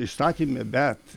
įstatyme bet